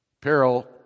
peril